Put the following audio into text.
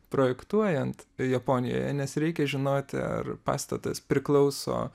projektuojant japonijoje nes reikia žinoti ar pastatas priklauso